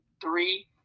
three